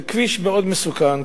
זה כביש מאוד מסוכן.